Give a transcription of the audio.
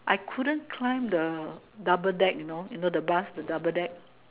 I couldn't climbed the double deck you know the bus the double deck